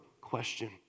question